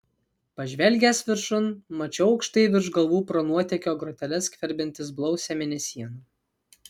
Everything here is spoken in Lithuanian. pažvelgęs viršun mačiau aukštai virš galvų pro nuotėkio groteles skverbiantis blausią mėnesieną